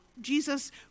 Jesus